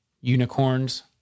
unicorns